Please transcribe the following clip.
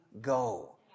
go